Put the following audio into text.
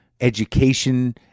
education